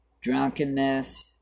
drunkenness